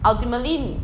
ultimately